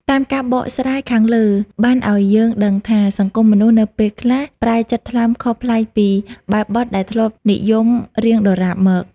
តាមការបកស្រាយខាងលើបានអោយយើងដឹងថា សង្គមមនុស្ស នៅពេលខ្លះ ប្រែចិត្តថ្លើមខុសផ្សេងពីបែបបទដែលធ្លាប់និយមរៀងដរាបមក។